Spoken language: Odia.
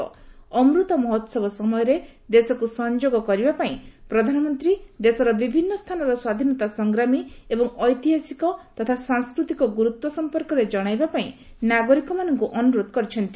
'ଅମୃତ ମହୋତ୍ସବ' ସମୟରେ ଦେଶକୁ ସଂଯୋଗ କରିବାପାଇଁ ପ୍ରଧାନମନ୍ତ୍ରୀ ଦେଶର ବିଭିନ୍ନ ସ୍ଥାନର ସ୍ୱାଧୀନତା ସଂଗ୍ରାମୀ ଏବଂ ଐତିହାସିକ ତଥା ସାଂସ୍କୃତିକ ଗୁରୁତ୍ୱ ସମ୍ପର୍କରେ ଜଣାଇବାପାଇଁ ନାଗରିକମାନଙ୍କୁ ଅନୁରୋଧ କରିଛନ୍ତି